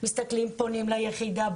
פונים ליחידה,